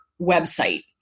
website